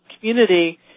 community